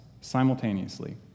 simultaneously